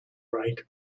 right